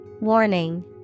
Warning